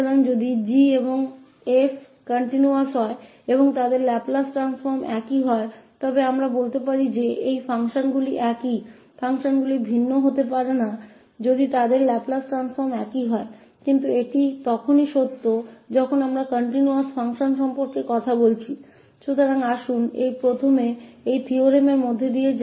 इसलिए यदि 𝑓 और g continuous हैं और उनका लाप्लास रूपान्तरण समान है तो हम कह सकते हैं कि वास्तव में ये function समान हैं यदि उनके लाप्लास रूपान्तरण समान हैं तो function भिन्न नहीं हो सकते हैं लेकिन यह केवल तभी सत्य है जब हम सतत function के बारे में बात कर रहे हों